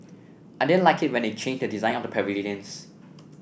I didn't like it when they changed the design of the pavilions